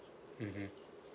mmhmm